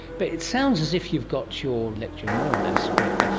but it sounds as if you've got your lecture more or less worked out.